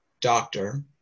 doctor